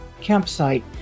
campsite